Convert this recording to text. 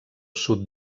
sud